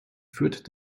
führt